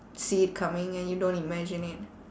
see it coming and you don't imagine it